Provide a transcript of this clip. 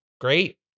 Great